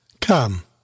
Come